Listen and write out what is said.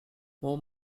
more